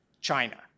China